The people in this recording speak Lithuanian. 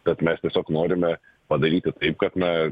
tad mes tiesiog norime padaryti taip kad na